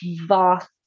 vast